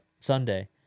Sunday